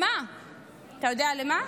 אתה יודע למה?